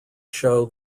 show